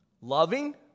Loving